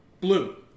Blue